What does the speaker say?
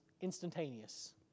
instantaneous